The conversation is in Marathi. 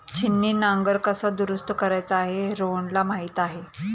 छिन्नी नांगर कसा दुरुस्त करायचा हे रोहनला माहीत आहे